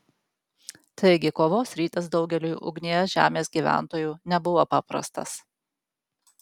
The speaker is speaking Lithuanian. taigi kovos rytas daugeliui ugnies žemės gyventojų nebuvo paprastas